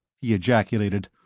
he ejaculated.